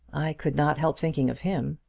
i could not help thinking of him.